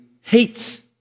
hates